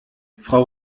frau